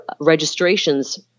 registrations